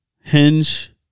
Hinge